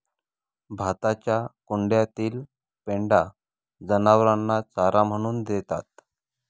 भाताच्या कुंड्यातील पेंढा जनावरांना चारा म्हणून देतात